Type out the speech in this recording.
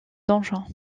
donjon